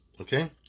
Okay